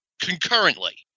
concurrently